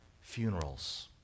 funerals